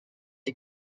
les